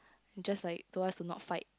just like told us to not fight